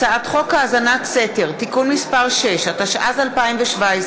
הצעת חוק האזנת סתר (תיקון מס' 6), התשע"ז 2017,